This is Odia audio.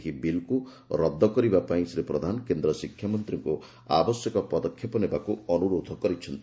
ଏହି ବିଲ୍କୁ ରଦ୍ଦ କରିବା ପାଇଁ ଶ୍ରୀ ପ୍ରଧାନ କେନ୍ଦ୍ର ଶିକ୍ଷା ମନ୍ତ୍ରୀଙ୍କୁ ଆବଶ୍ୟକ ପଦକ୍ଷେପ ନେବାକୁ ଅନୁରୋଧ କରିଛନ୍ତି